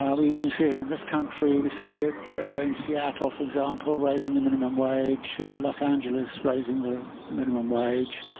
um we even see it in this country. we see it in seattle, for example, raising the minimum wage. los angeles, raising their minimum wage.